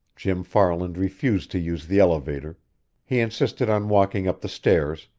jim farland refused to use the elevator he insisted on walking up the stairs,